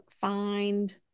find